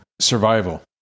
Survival